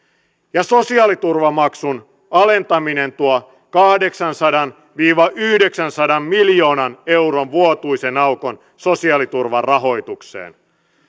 ja sosiaaliturvamaksun alentaminen tuo kahdeksansadan viiva yhdeksänsadan miljoonan euron vuotuisen aukon sosiaaliturvan rahoitukseen